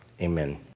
amen